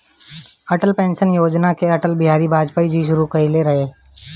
Atal pension योजना के अटल बिहारी वाजपयी शुरू कईले रलें